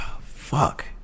Fuck